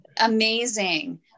Amazing